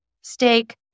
steak